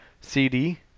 CD